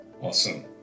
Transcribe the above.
Awesome